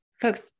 folks